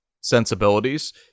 sensibilities